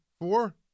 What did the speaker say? Four